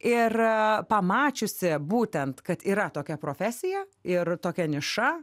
ir pamačiusi būtent kad yra tokia profesija ir tokia niša